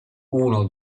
uno